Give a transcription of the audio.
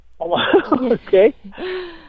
Okay